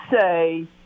say